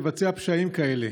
לבצע פשעים כאלה,